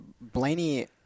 Blaney